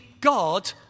God